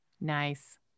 Nice